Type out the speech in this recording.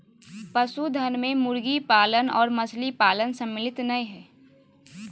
पशुधन मे मुर्गी पालन आर मछली पालन सम्मिलित नै हई